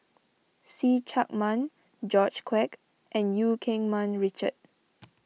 See Chak Mun George Quek and Eu Keng Mun Richard